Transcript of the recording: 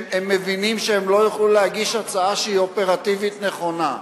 הם מבינים שהם לא יוכלו להגיש הצעה שהיא אופרטיבית נכונה.